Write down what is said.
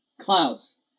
Klaus